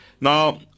Now